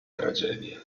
tragedia